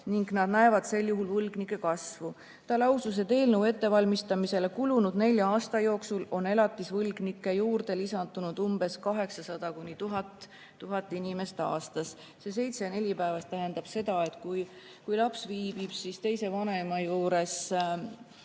ning nad näevad sel juhul võlgnike kasvu. Ta lausus, et eelnõu ettevalmistamisele kulunud nelja aasta jooksul on elatisvõlgnikke juurde tulnud 800–1000 inimest aastas. See seitsme asemel neli päeva tähendab seda, et kui laps viibib teise vanema juures